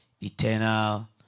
eternal